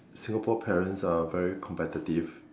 Singapore parents are very competitive